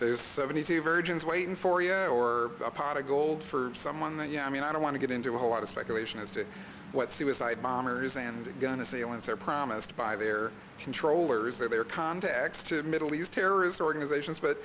there's seventy two virgins waiting for you or a pot of gold for someone that you know i mean i don't want to get into a whole lot of speculation as to what suicide bombers and gun assailants are promised by their controllers their contacts to middle east terrorist organizations but